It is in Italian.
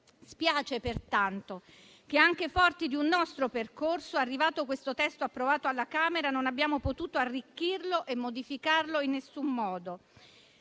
Spiace, pertanto, che, anche forti di un nostro percorso, arrivato questo testo approvato alla Camera non abbiamo potuto arricchirlo e modificarlo in alcun modo.